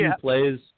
plays